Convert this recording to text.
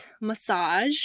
massage